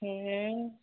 ए